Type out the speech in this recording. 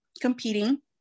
competing